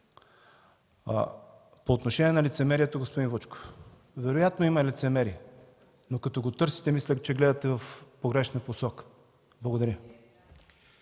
По отношение на лицемерието, господин Вучков, вероятно има и лицемерие, но като го търсите, мисля, че гледате в погрешната посока. Благодаря.